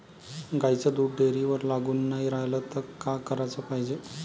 गाईचं दूध डेअरीवर लागून नाई रायलं त का कराच पायजे?